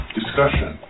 discussion